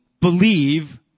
believe